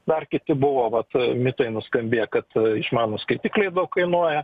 dar kiti buvo vat mitai nuskambėję kad išmanūs skaitikliai daug kainuoja